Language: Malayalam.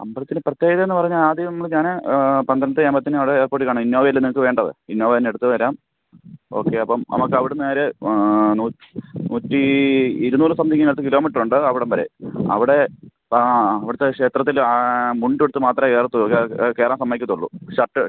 അമ്പലത്തിൽ പ്രത്യേകത എന്ന് പറഞ്ഞാൽ ആദ്യം നമ്മൾ ഞാൻ പന്ത്രണ്ടരയാവുമ്പത്തേനും അവിടെ എയർപോട്ടിൽ കാണും ഇന്നോവയല്ലേ നിങ്ങൾക്ക് വേണ്ടത് ഇന്നോവെ തന്നെ എടുത്ത് വരാം ഓക്കെ അപ്പം നമുക്ക് അവിടുന്ന് നേരെ നൂറ്റീ ഇരുന്നൂറ് സംതിംഗിന് അടുത്ത് കിലോമീറ്റർ ഉണ്ട് അവിടം വരെ അവിടെ അവിടുത്തെ ക്ഷേത്രത്തിൽ മുണ്ട് ഉടുത്ത് മാത്രമേ കയറത്തുള്ളൂ കയറാൻ സമ്മതിക്കത്തുള്ളൂ ഷർട്ട്